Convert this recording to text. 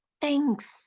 thanks